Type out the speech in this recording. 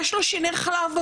יש לה שיני חלב,